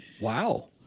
Wow